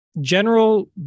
General